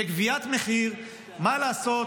וגביית מחיר, מה לעשות,